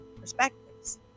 perspectives